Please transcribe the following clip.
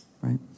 right